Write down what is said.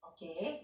okay